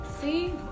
See